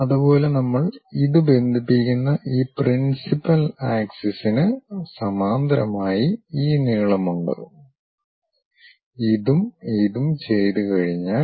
അതുപോലെ നമ്മൾ ഇത് ബന്ധിപ്പിക്കുന്ന ഈ പ്രിൻസിപ്പൽ അക്ഷത്തിന് സമാന്തരമായി ഈ നീളമുണ്ട് ഇതും ഇതും ചെയ്തുകഴിഞ്ഞാൽ